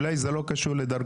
אולי זה לא קשור לדרכון,